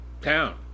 town